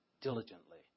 diligently